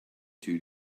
two